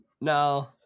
No